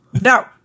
No